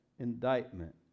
indictment